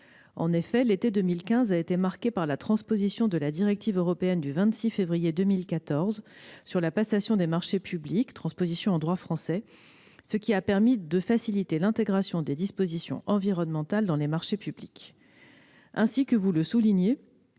En effet, l'été 2015 a été marqué par la transposition en droit français de la directive européenne du 26 février 2014 sur la passation des marchés publics, ce qui a permis de faciliter l'intégration des dispositions environnementales dans les marchés publics. Ainsi que vous le soulignez,